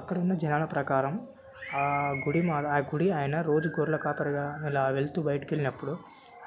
అక్కడ ఉన్న జనాలు ప్రకారం ఆ గుడి ఆ గుడి ఆయన రోజు గొర్రెల కాపరుగా అలా వెళుతూ బయటకెళ్ళినప్పుడు